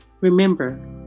Remember